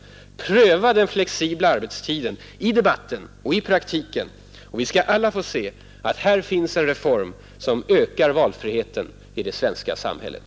Pröva den flexibla arbetstiden — i debatten och i praktiken — och vi skall alla få se att här finns en reform som ökar valfriheten i det svenska samhället.